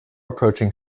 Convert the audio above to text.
approaching